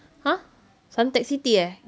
!huh! suntec city eh